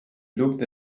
looked